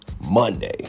Monday